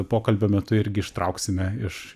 pokalbio metu irgi ištrauksime iš